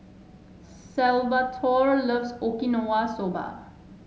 Salvatore loves Okinawa Soba